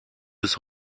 bis